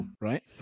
right